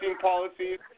policies